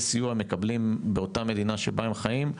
סיוע הם מקבלים באותה מדינה שבה הם חיים.